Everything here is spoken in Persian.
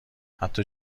حتی